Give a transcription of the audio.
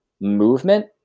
movement